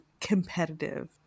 competitive